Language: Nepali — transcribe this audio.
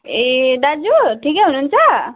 ए दाजु ठिकै हुनुहुन्छ